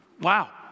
Wow